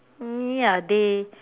ya they